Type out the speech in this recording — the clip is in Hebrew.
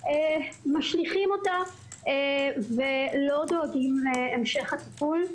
משליכים אותה ולא דואגים להמשך הטיפול.